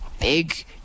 big